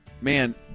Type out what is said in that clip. man